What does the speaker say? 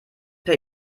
per